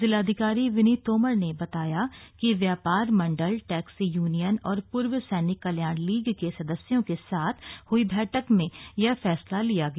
जिलाधिकारी विनीत तोमर ने बताया कि व्यापार मण्डल टैक्सी यूनियन और पूर्व सैनिक कल्याण लीग के सदस्यों के साथ हई बैठक में यह फैसला लिया गया